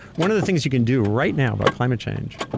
one of the things you can do right now about climate change,